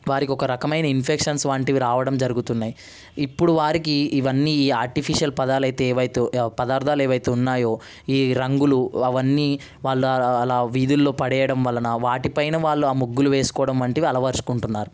వారికి ఒకరకమయిన ఇన్ఫెక్షన్స్ వంటివి రావడం జరుగుతున్నాయి ఇప్పుడు వారికి ఇవన్నీ ఈ ఆర్టిఫిషల్ పదలయితే ఏవయితే పదార్దాలేవయితే ఉన్నాయో ఈ రంగులు అవన్నీ వాళ్ళ వాళ్ళ వీధుల్లో పడేయడం వలన వాటి పైన వాళ్ళు ముగ్గులు వేసుకోవడం వంటివి అలవరుచుకుంటున్నారు